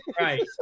Right